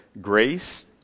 grace